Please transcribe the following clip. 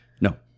No